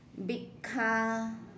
big car